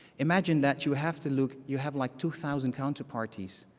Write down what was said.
imagine that you have to look you have like two thousand counterparties